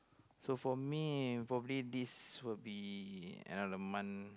so for me probably this will be another month